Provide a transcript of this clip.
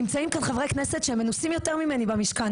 נמצאים כאן חברי כנסת שהם מנוסים יותר ממני במשכן